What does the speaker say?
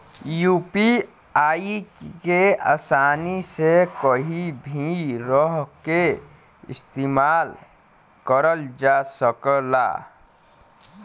UPI के आसानी से कहीं भी रहके इस्तेमाल करल जा सकला